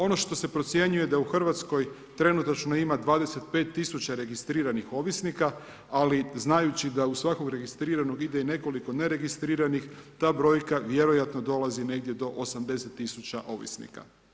Ono što se procjenjuje da je u Hrvatskoj trenutačno ima 25000 registriranih ovisnika, ali znajući da uz svakog registriranog ide i nekoliko neregistriranih, ta brojka vjerojatno dolazi do 80000 ovisnika.